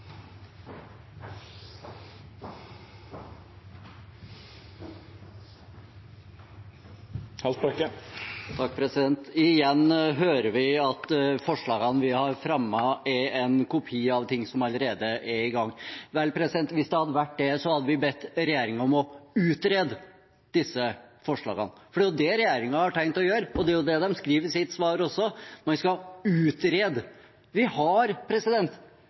Haltbrekken har hatt ordet to gonger tidlegare og får ordet til ein kort merknad, avgrensa til 1 minutt. Igjen hører vi at forslagene vi har fremmet, er en kopi at ting som allerede er i gang. Vel, hvis det hadde vært det, hadde vi bedt regjeringen om å utrede disse forslagene, for det er jo det regjeringen har tenkt å gjøre, og det er også det de skriver i sitt svar: Man skal utrede. Vi